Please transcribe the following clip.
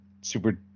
super